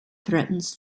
threatens